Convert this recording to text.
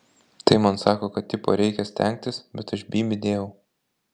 tai man sako kad tipo reikia stengtis bet aš bybį dėjau